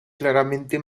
claramente